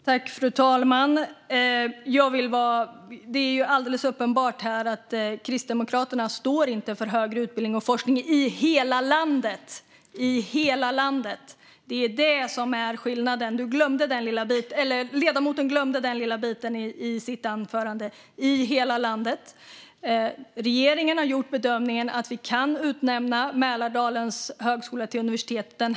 Fru talman! Det är uppenbart att Kristdemokraterna inte står för att vi ska ha högre utbildning och forskning i hela landet - i hela landet. Det är skillnaden. Ledamoten glömde den lilla biten i sin replik. Regeringen har gjort bedömningen att vi under den här mandatperioden kan utnämna Mälardalens högskola till universitet.